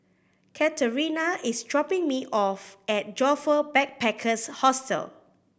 Katerina is dropping me off at Joyfor Backpackers' Hostel